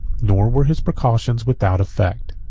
nor were his precautions without effect.